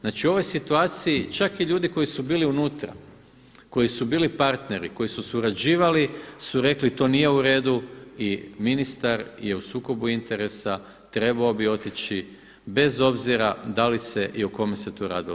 Znači u ovoj situaciji čak i ljudi koji su bili unutra, koji su bili partneri, koji su surađivali su rekli to nije u redu i ministar je u sukobu interesa, trebao bi otići bez obzira da li se i o kome se tu radilo.